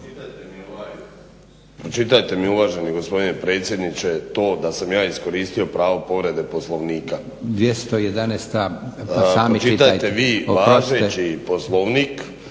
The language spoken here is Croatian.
Pročitajte mi uvaženi gospodine predsjedniče to da sam ja iskoristio pravo povrede Poslovnika. **Leko, Josip